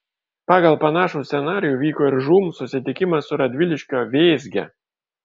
pagal panašų scenarijų vyko ir žūm susitikimas su radviliškio vėzge